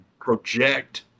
project